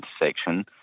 intersection